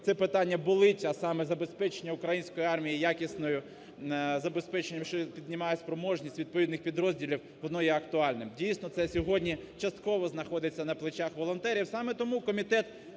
це питання болить, а саме забезпечення української армії якісною, забезпечення, що піднімає спроможність відповідних підрозділів, воно є актуальним. Дійсно, це сьогодні частково знаходиться на плечах волонтерів.